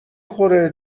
خوره